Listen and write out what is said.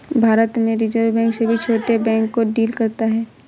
भारत में reserve bank सभी छोटे बैंक को डील करता है